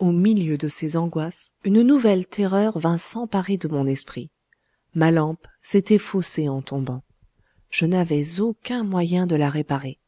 au milieu de ces angoisses une nouvelle terreur vint s'emparer de mon esprit ma lampe s'était faussée en tombant je n'avais aucun moyen de la réparer